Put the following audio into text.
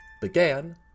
began